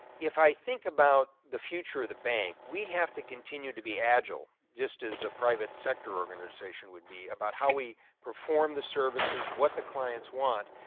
if i think about the future of the bank we have to continue to be agile just as a private sector organization would be about how we perform the services, what the clients want.